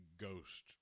ghost